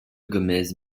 gómez